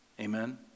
Amen